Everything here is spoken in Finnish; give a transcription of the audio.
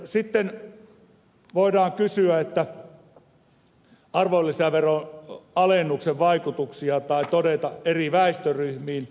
sitten voidaan kysyä arvonlisäveron alennuksen vaikutuksia eri väestöryhmiin